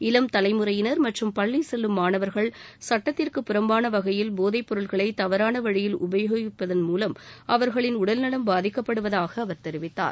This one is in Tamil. இளம் தலைமுறையினர் மற்றும் பள்ளி செல்லும் மாணவர்கள் சட்டத்திற்கு புறம்பாள வகையில் போதைப் பொருள்களை தவறான வழியில் உபயோகிப்பதன் மூலம் அவர்களின் உடல்நலம் பாதிக்கப்படுவதாக அவர் தெரிவித்தார்